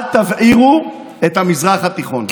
אל תבעירו את המזרח התיכון.